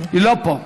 והיא לא פה.